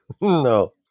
No